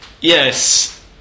Yes